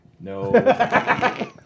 No